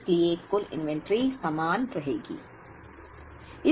इसलिए कुल इन्वेंटरी समान रहेगी